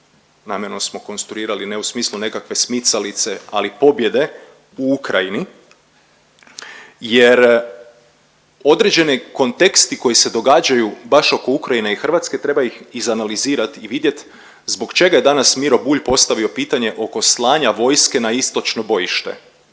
namjerno smo konstruirali ne u smislu nekakve smicalice, ali i pobjede u Ukrajini jer određeni konteksti koji se događaju baš oko Ukrajine i Hrvatske treba ih izanalizirat i vidjet zbog čega je danas Miro Bulj postavio pitanje oko slanja vojske na istočno bojište.